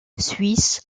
suisse